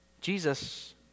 Jesus